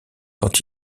quand